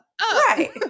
Right